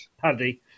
Paddy